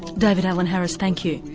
david alan harris thank you,